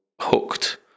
hooked